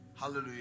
Hallelujah